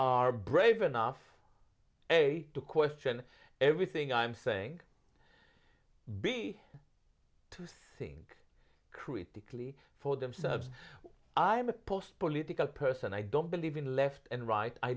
are brave enough to question everything i'm saying be to sing critically for themselves i'm a post political person i don't believe in left and right i